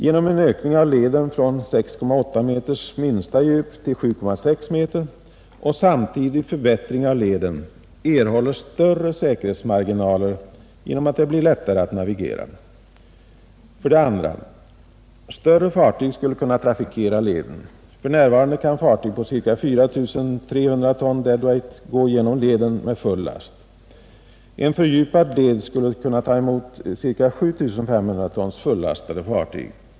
Genom en ökning av leden från ett minsta djup av 6,8 m till 7,6 m och samtidigt förbättring av leden erhålles större säkerhetsmarginaler genom att det blir lättare att navigera. 2. Större fartyg skulle kunna trafikera leden. För närvarande kan fartyg på cirka 4 300 ton dw gå genom leden med full last. En fördjupad led skulle kunna ta emot fullastade fartyg om cirka 7 500 ton.